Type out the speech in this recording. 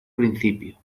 principio